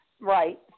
right